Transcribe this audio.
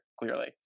clearly